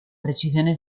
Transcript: precisione